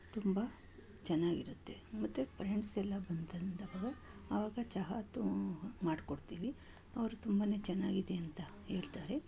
ತುಂಬ ಚೆನ್ನಾಗಿರುತ್ತೆ ಮತ್ತೆ ಫ್ರೆಂಡ್ಸೆಲ್ಲ ಬಂತಂದಾಗ ಆವಾಗ ಚಹಾ ತುಂಬ ಮಾಡ್ಕೊಡ್ತೀನಿ ಅವರು ತುಂಬನೇ ಚೆನ್ನಾಗಿದೆ ಅಂತ ಹೇಳ್ತಾರೆ